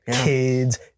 kids